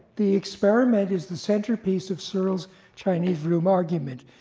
the experiment is the centerpiece of searle's chinese room argument,